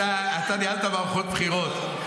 אתה ניהלת מערכות בחירות.